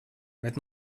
bet